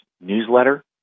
newsletter